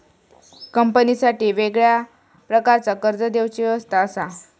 कंपनीसाठी वेगळ्या प्रकारचा कर्ज देवची व्यवस्था असा